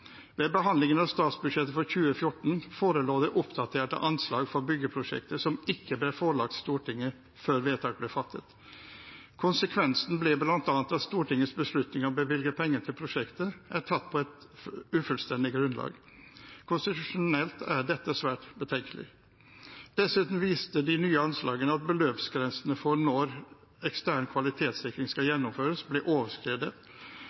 Ved behandlingen av statsbudsjettet for 2014 forelå det oppdaterte anslag for byggeprosjektet som ikke ble forelagt Stortinget før vedtak ble fattet. Konsekvensen ble bl.a. at Stortingets beslutning om å bevilge penger til prosjektet er tatt på et ufullstendig grunnlag. Konstitusjonelt er dette svært betenkelig. Dessuten viste de nye anslagene at beløpsgrensene for når ekstern kvalitetssikring skulle gjennomføres, ble overskredet.